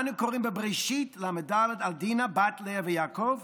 אנו קוראים בבראשית ל"ד על דינה בת לאה ויעקב,